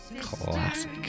classic